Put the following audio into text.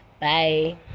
bye